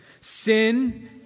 Sin